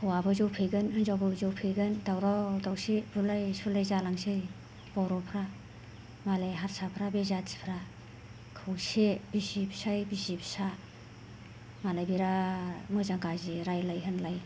हौवाबो जौ फेगोन हिनजावबो जौ फेगोन दावराव दावसि बुलाय सोलाय जालांसै बर'फ्रा मालाय हारसाफ्रा बेजाथिफ्रा खौसे बिसि फिसाइ बिसि फिसा मालाय बेराद मोजां गाज्रि रायज्लाय होनलाय